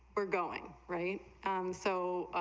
are going rate on so,